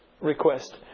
request